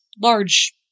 large